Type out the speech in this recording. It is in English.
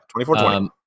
24-20